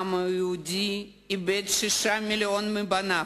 העם היהודי איבד שישה מיליונים מבניו.